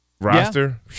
roster